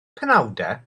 penawdau